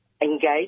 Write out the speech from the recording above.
engage